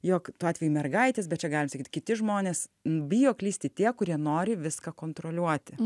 jog tuo atveju mergaitės bet čia galim sakyt kiti žmonės bijo klysti tie kurie nori viską kontroliuoti